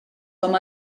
com